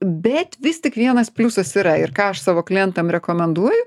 bet vis tik vienas pliusas yra ir ką aš savo klientam rekomenduoju